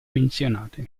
menzionate